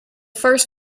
first